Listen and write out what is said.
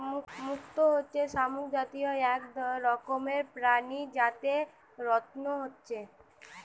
মুক্ত হচ্ছে শামুক জাতীয় এক রকমের প্রাণী যাতে রত্ন হচ্ছে